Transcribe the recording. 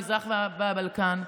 מזרח ובלקן.